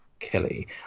Kelly